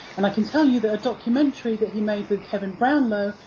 and i can tell you that a documentary that he made with kevin brownlow,